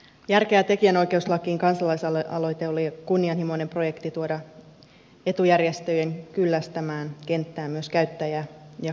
järkeä tekijänoikeuslakiin kansalaisaloite oli kunnianhimoinen projekti tuoda etujärjestöjen kyllästämään kenttään myös käyttäjä ja kuluttajanäkökulmaa